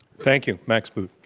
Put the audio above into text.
thank you. next but